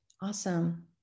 Awesome